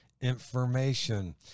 information